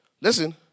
Listen